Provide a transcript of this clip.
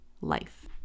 life